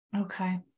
Okay